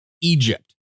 Egypt